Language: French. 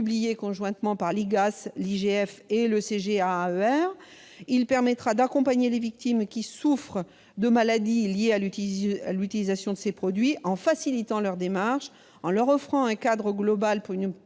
et des espaces ruraux. Ce fonds permettra d'accompagner les victimes qui souffrent de maladies liées à l'utilisation de ces produits en facilitant leurs démarches, en leur offrant un cadre global pour une